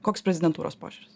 koks prezidentūros požiūris